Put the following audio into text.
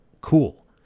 cool